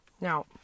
Now